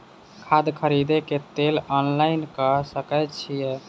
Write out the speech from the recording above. खाद खरीदे केँ लेल ऑनलाइन कऽ सकय छीयै?